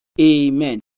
Amen